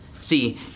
See